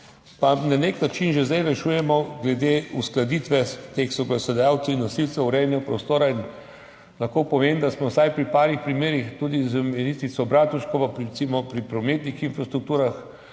Na nek način že zdaj rešujemo glede uskladitve teh soglasodajalcev in nosilcev urejanja prostora in lahko povem, da sva vsaj pri nekaterih primerih tudi z ministrico Bratuškovo, recimo, pri prometnih infrastrukturah